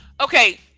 Okay